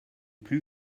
plus